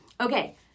Okay